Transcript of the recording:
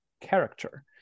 character